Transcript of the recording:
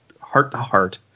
heart-to-heart